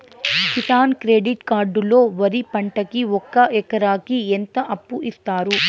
Kisan credit card లో వరి పంటకి ఒక ఎకరాకి ఎంత అప్పు ఇస్తారు?